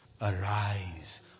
arise